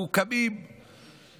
אנחנו קמים לפצועים,